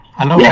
Hello